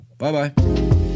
Bye-bye